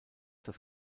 das